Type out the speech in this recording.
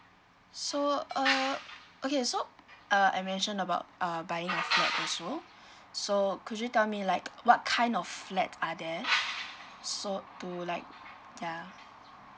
so err okay so err I mentioned about err buying a flat also so could you tell me like what kind of flat are there so to like ya